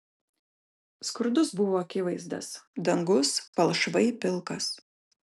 skurdus buvo akivaizdas dangus palšvai pilkas